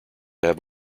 have